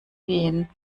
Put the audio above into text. gehen